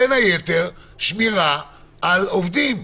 בין היתר שמירה על עובדים.